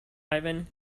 ivan